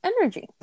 energy